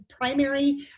primary